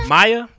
Maya